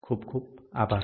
ખુબ ખુબ આભાર